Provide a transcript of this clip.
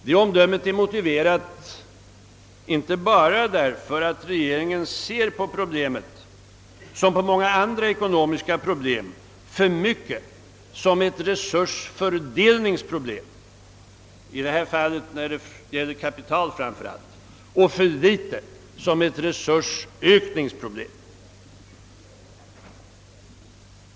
Det omdömet är motiverat, inte bara därför att regeringen ser på detta liksom på många andra ekonomiska problem för mycket som ett resursfördelningsproblem — i det här fallet framför allt när det gäller kapital — och för litet som ett resursökningsproblem.